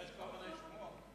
יש כל מיני שמועות.